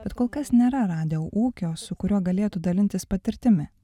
bet kol kas nėra radę ūkio su kuriuo galėtų dalintis patirtimi